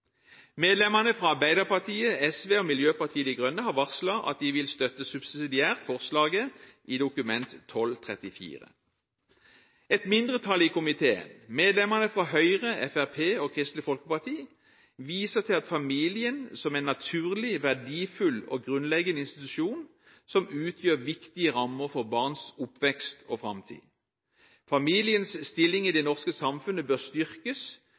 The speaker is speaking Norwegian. Medlemmene fra Arbeiderpartiet, SV og Miljøpartiet De Grønne har varslet at de subsidiært vil støtte forslaget i Dokument 12:34. Et mindretall i komiteen, medlemmene fra Høyre, Fremskrittspartiet og Kristelig Folkeparti, viser til familien som en naturlig, verdifull og grunnleggende institusjon som utgjør viktige rammer for barns oppvekst og framtid. Familiens stilling i det norske samfunnet bør styrkes,